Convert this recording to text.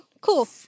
cool